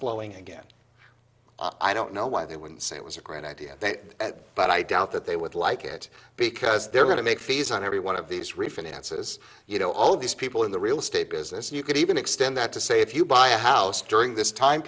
flowing again i don't know why they wouldn't say it was a great idea but i doubt that they would like it because they're going to make fees on every one of these refinances you know all these people in the real estate business you could even extend that to say if you buy a house during this time